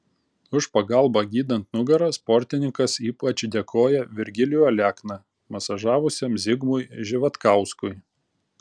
už pagalbą gydant nugarą sportininkas ypač dėkoja virgilijų alekną masažavusiam zigmui živatkauskui